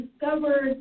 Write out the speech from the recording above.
discovered